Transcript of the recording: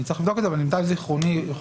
אני צריך לבדוק את זה אבל למיטב זכרוני חוק